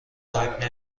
تایپ